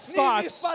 thoughts